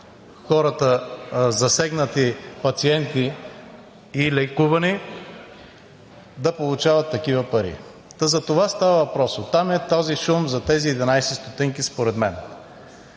хората, засегнати пациенти и лекувани да получават такива пари. Та затова става въпрос. От там е този шум за тези 0,11 ст. според мен.